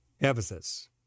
Ephesus